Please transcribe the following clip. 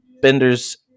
benders